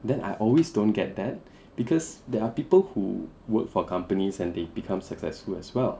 then I always don't get that because there are people who worked for companies and they become successful as well